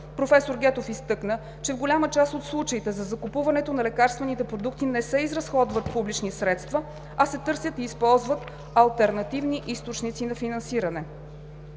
Професор Гетов изтъкна, че в голяма част от случаите за закупуването на лекарствените продукти не се разходват публични средства, а се търсят и използват алтернативни източници на финансиране.